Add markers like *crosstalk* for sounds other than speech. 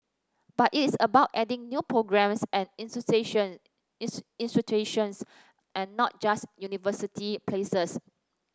but it's about adding new programmes and *unintelligible* institutions and not just university places